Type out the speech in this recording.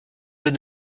deux